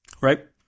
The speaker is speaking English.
right